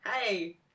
hey